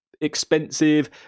expensive